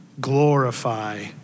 glorify